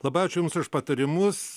labai ačiū jums už patarimus